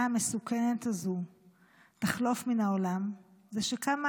המסוכנת הזו תחלוף מן העולם זה שכמה,